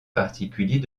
particulier